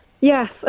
Yes